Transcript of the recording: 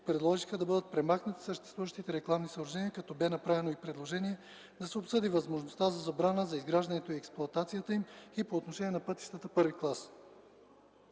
предложиха да бъдат премахнати съществуващите рекламни съоръжения, като бе направено и предложение да се обсъди възможността за забрана за изграждането и експлоатацията им и по отношение на пътищата първи клас.